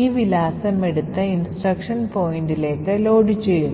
ഈ വിലാസം എടുത്ത് ഇൻസ്ട്രക്ഷൻ പോയിന്ററിലേക്ക് ലോഡു ചെയ്യുന്നു